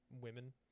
women